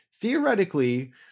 theoretically